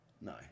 No